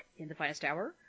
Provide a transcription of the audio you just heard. InTheFinestHour